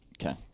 Okay